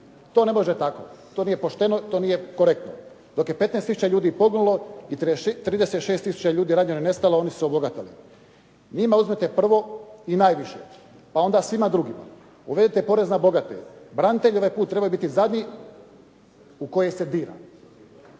To ne može tako, to nije pošteno, to nije korektno. Dok je 15 tisuća ljudi poginulo i 36 tisuće ljudi je ranjeno i nestalo, oni su se obogatili. Njima uzmite prvo i najviše, pa onda svima drugima. Uvedite porez na bogate. Braniteljima ovaj put treba biti zadnji u koji se bira.